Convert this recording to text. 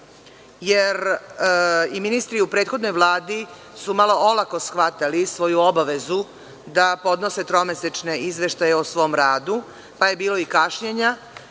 jer i ministri u prethodnoj vladi su malo olako shvatali svoju obavezu da podnose tromesečne izveštaje o svom radu, pa je bilo i kašnjenja,